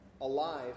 alive